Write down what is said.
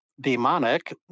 demonic